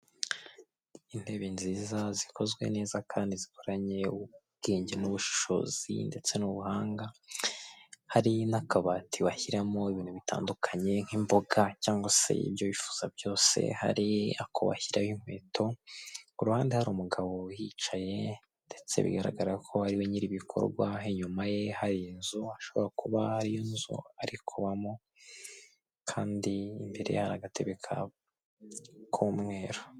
Intebe nziza zikozwe neza kandi zikoranye ubwenge n'ubushishozi ndetse n'ubuhanga, hari n'akabati washyiramo ibintu bitandukanye nk'imboga cyangwa se ibyo wifuza byose hari ako washyiraho inkweto, ku ruhande hari umugabo uhicaye ndetse bigaragara ko ariwe nyir'ibikorwa inyuma ye hari inzu ashobora kuba arink'inzu ari kubamo kandi imbere yaho hari agatebe k'umweru.